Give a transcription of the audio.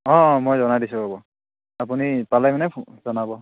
অঁ মই জনাই দিছোঁ ৰ'ব আপুনি পালে মানে জনাব